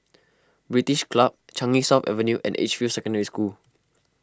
British Club Changi South Avenue and Edgefield Secondary School